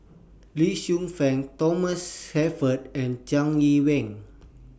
Lee Shu Fen Thomas Shelford and Jiang Yee Wen